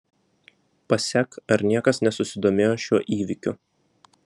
pasek ar niekas nesusidomėjo šiuo įvykiu